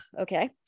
okay